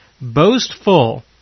boastful